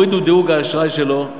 הורידו את דירוג האשראי שלו,